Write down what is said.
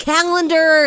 Calendar